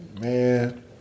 man